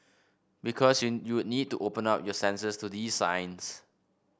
because you you'd need to open up your senses to these signs